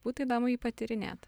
būtų įdomu jį patyrinėt